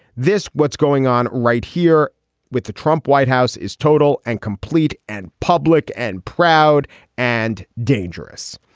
this what's going on right here with the trump white house is total and complete and public and proud and dangerous.